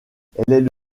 elle